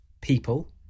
people